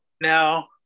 Now